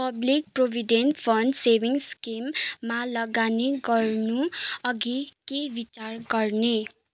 public provident fund saving स्किममा लगानी गर्नु अघि के विचार गर्ने